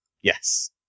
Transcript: Yes